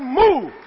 move